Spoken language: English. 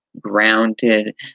Grounded